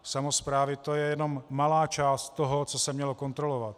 Samosprávy, to je jenom malá část toho, co se mělo kontrolovat.